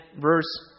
verse